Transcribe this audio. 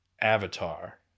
Avatar